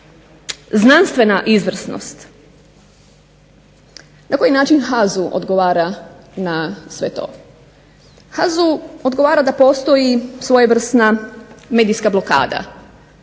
znanstvena izvrsnost. Na koji način HAZU odgovara na sve to? HAZU odgovara da postoji svojevrsna medijska blokada